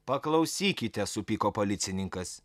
paklausykite supyko policininkas